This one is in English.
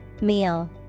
Meal